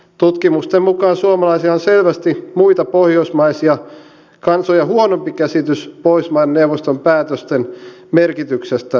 tutkimusten mukaan suomalaisilla on selvästi muita pohjoismaisia kansoja huonompi käsitys pohjoismaiden neuvoston päätösten merkityksestä suomalaisille